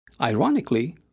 Ironically